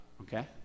Okay